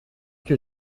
que